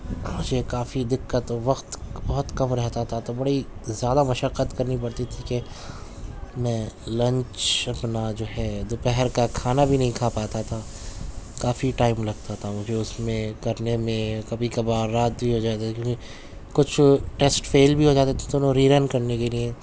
مجھے کافی دقت اور وقت بہت کم رہتا تھا تو بڑی زیادہ مشقت کرنی پڑتی تھی کہ میں لنچ اپنا جو ہے دوپہر کا کھانا بھی نہیں کھا پاتا تھا کافی ٹائم لگتا تھا مجھے اس میں کرنے میں کبھی کبار رات بھی ہو جاتی تھی کیونکہ کچھ ٹیسٹ فیل بھی ہو جاتے تھے تو انہیں ریرن کرنے کے لیے